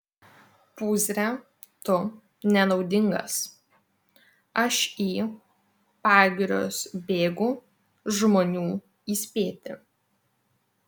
pūzre tu nenaudingas aš į pagirius bėgu žmonių įspėti